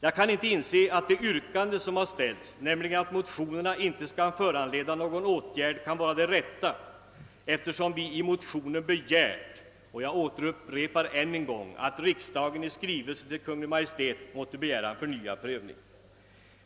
Jag kan inte inse att det under överläggningen ställda yrkandet, att motionerna inte skall föranleda någon åtgärd kan vara det rätta, eftersom vi i motionen föreslagit, att riksdagen i skrivelse till Kungl. Maj:t måtte begära en förnyad prövning.